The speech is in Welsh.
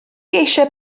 eisiau